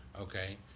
okay